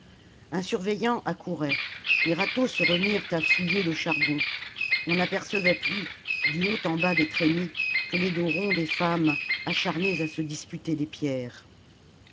un surveillant accourait les râteaux se remirent à fouiller le charbon on n'apercevait plus du haut en bas des trémies que les dos ronds des femmes acharnées à se disputer les pierres